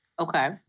Okay